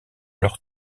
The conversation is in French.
leur